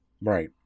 right